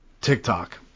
TikTok